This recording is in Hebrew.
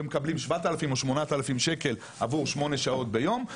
ומקפים 7,000 או 8,000 שקלים עבור שמונה שעות ביום.